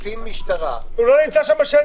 קצין משטרה --- הוא לא נמצא שם בשטח.